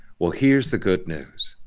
well here's the good news.